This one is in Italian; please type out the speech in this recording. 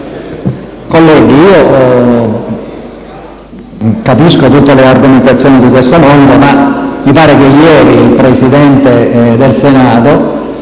Colleghi, capisco tutte le argomentazioni di questo mondo, ma mi sembra che ieri il Presidente del Senato